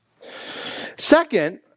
Second